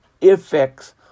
effects